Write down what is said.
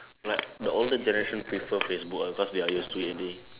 like the older generation people Facebook ah cause they are used to it already